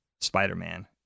Spider-Man